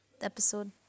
episode